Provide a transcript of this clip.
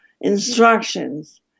instructions